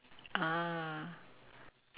ah